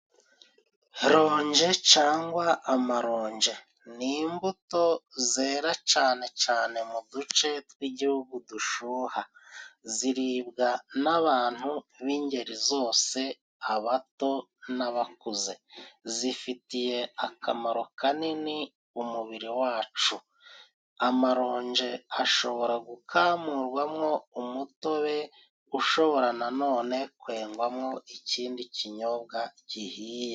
Ronje cangwa amaronje ni immbuto zera cane cane mu duce tw'igihugu dushuha. Ziribwa n'abantu b'ingeri zose, abato n'abakuze. Zifitiye akamaro kanini umubiri wacu. Amaronje ashobora gukamurwamo umutobe ushobora na none kwengwamo ikindi kinyobwa gihiye.